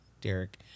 Derek